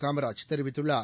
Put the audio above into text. காமராஜ் தெரிவித்துள்ளார்